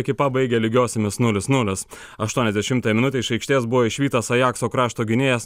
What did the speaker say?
ekipa baigė lygiosiomis nulis nulis aštuoniasdešimtąją minutę iš aikštės buvo išvytas ajakso krašto gynėjas